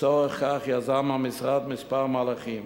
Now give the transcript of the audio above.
לצורך כך יזם המשרד כמה מהלכים,